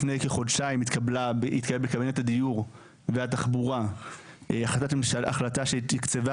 לפני כחודשיים התקבל בקבינט הדיור והתחבורה החלטת שתקצבה